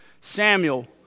Samuel